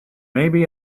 maybe